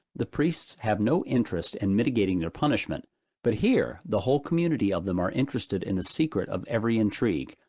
the priests have no interest in mitigating their punishment but here the whole community of them are interested in the secret of every intrigue,